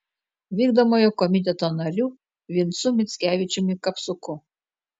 vykdomojo komiteto nariu vincu mickevičiumi kapsuku